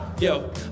Yo